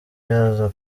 yaza